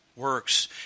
works